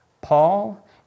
Paul